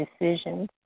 decisions